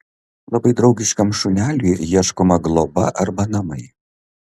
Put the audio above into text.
labai draugiškam šuneliui ieškoma globa arba namai